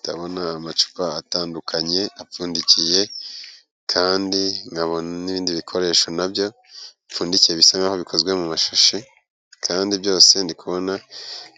Ndabona amacupa atandukanye apfundikiye kandi nkabona n'ibindi bikoresho nabyo bipfundikiye bisa nk'aho bikozwe mu mashashi kandi byose ni ndikubona